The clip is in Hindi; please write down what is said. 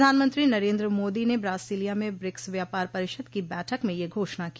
प्रधानमंत्री नरेन्द्र मोदी ने ब्रासिलिया में ब्रिक्स व्यापार परिषद की बठक में यह घोषणा की